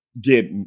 get